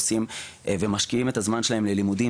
עושים ומשקיעים את הזמן שלהם ללימודים,